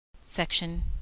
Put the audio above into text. Section